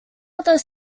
other